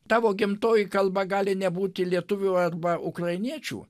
tavo gimtoji kalba gali nebūti lietuvių arba ukrainiečių